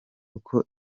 uko